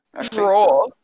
draw